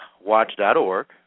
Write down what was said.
watch.org